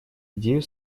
идею